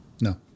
No